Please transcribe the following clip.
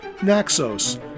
Naxos